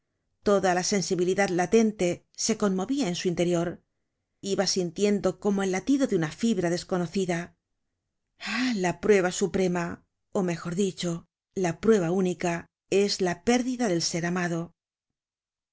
toda la sensibilidad latente se conmovia en su interior iba sintiendo como el latido de una fibra desconocida ah la prueba suprema ó mejor dicho la prueba única es la pérdida del ser amado